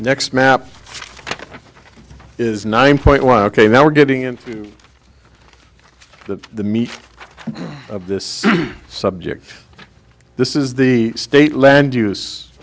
next map is nine point one ok now we're getting into the the meat of this subject this is the state land use